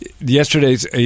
Yesterday's –